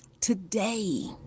today